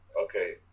okay